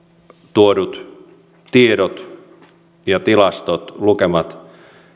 tuodut tiedot ja tilastot lukemat